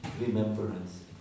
Remembrance